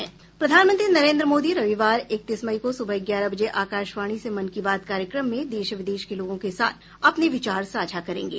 प्रधानमंत्री नरेन्द्र मोदी रविवार इकतीस मई को सुबह ग्यारह बजे आकाशवाणी से मन की बात कार्यक्रम में देश विदेश के लोगों के साथ अपने विचार साझा करेंगे